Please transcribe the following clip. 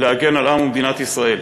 להגן על עם ומדינת ישראל.